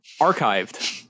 archived